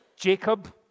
Jacob